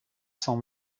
cents